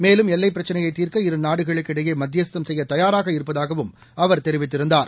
மேலும் எல்லைப்பிரச்சினையைதீர்க்க இரு நாடுகளுக்கிடையேமத்தியஸ்தம் செய்யதயாராக இருப்பதாகவும் அவர் தெரிவித்திருந்தார்